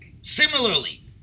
similarly